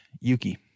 Yuki